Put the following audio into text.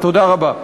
תודה רבה.